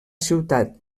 ciutat